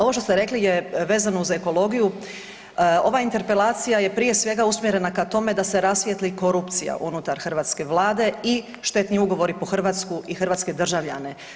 Ovo što ste rekli vezano uz ekologiju, ova interpelacija je prije svega usmjerena k tome da se rasvijetli korupcija unutar hrvatske Vlade i štetni ugovori po Hrvatsku i hrvatske državljane.